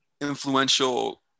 influential